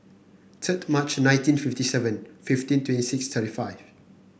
third March nineteen fifty seven fifteen twenty six thirty five